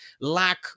lack